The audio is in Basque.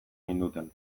ninduten